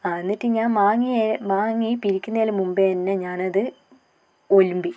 ആ എന്നിട്ട് ഞാൻ വാങ്ങിയേ വാങ്ങി വിരിക്കുന്നതിന് മുൻപേ തന്നെ ഞാനത് ഒലുമ്പി